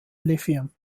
lithium